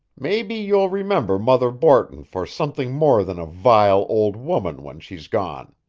maybe you'll remember mother borton for something more than a vile old woman when she's gone.